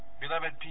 Beloved